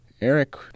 Eric